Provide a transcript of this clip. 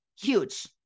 Huge